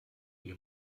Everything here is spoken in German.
wie